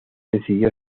decidió